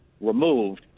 removed